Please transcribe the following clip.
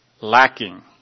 lacking